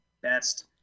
best